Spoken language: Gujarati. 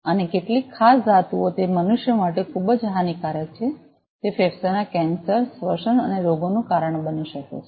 અને કેટલીક ખાસ ધાતુઓ તે મનુષ્ય માટે ખૂબ જ હાનિકારક છે તે ફેફસાના કેન્સર શ્વસન રોગોનું કારણ બની શકે છે